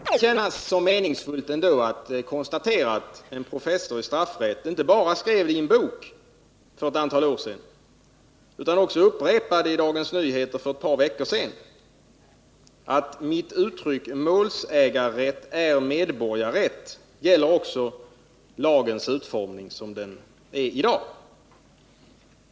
Herr talman! Jag skall inte förlänga debatten särskilt mycket. Jag brukar inte åberopa auktoriteter, men det är klart att om man själv såsom icke varande jurist blir betecknad som både okunnig och patetisk när man försöker plädera för principen om likhet inför lagen, kan det kännas meningsfullt att konstatera att en professor i processrätt inte bara skrev i en bok för ett antal år sedan utan upprepade i Dagens Nyheter för ett par veckor sedan, att hans uttryck ”målsägarrätt är medborgarrätt” också gäller lagens utformning som den är i dag.